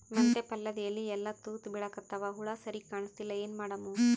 ಮೆಂತೆ ಪಲ್ಯಾದ ಎಲಿ ಎಲ್ಲಾ ತೂತ ಬಿಳಿಕತ್ತಾವ, ಹುಳ ಸರಿಗ ಕಾಣಸ್ತಿಲ್ಲ, ಏನ ಮಾಡಮು?